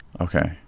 Okay